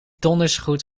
dondersgoed